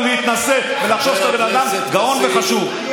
להתנשא ולחשוב שאתה בן אדם גאון וחשוב,